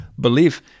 belief